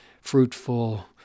fruitful